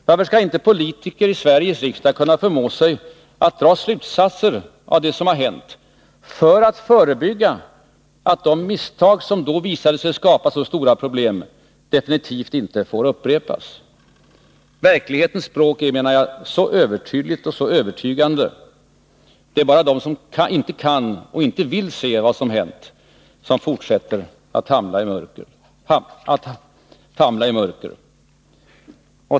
Varför skall inte politiker i Sveriges riksdag kunna förmå sig att dra slutsatser av det som har hänt för att se till att de misstag som då visade sig skapa så stora problem definitivt inte upprepas? Verklighetens språk är, menar jag, så övertydligt och så övertygande. Det är bara de som inte kan eller inte vill se vad som hänt som fortsätter att famla i mörker. Fru talman!